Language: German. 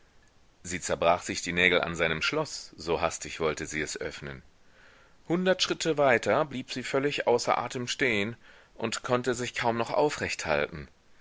sie zerbrach sich die nägel an seinem schloß so hastig wollte sie es öffnen hundert schritte weiter blieb sie völlig außer atem stehn und konnte sich kaum noch aufrecht halten